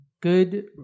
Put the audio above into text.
Good